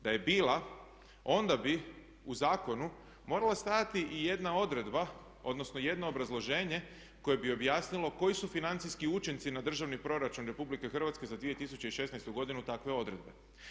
Da je bila onda bi u zakonu morala stajati i jedna odredba, odnosno jedno obrazloženje koje bi objasnilo koji su financijski učinci na državni proračun RH za 2016. godinu takve odredbe.